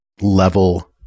level